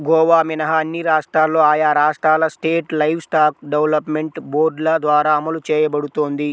గోవా మినహా అన్ని రాష్ట్రాల్లో ఆయా రాష్ట్రాల స్టేట్ లైవ్స్టాక్ డెవలప్మెంట్ బోర్డుల ద్వారా అమలు చేయబడుతోంది